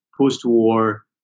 post-war